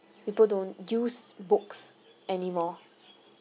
people don't use books anymore